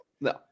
no